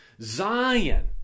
Zion